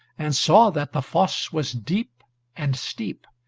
and saw that the fosse was deep and steep,